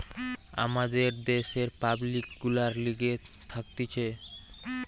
আমাদের দ্যাশের পাবলিক গুলার লিগে থাকতিছে